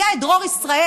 היה את דרור ישראל,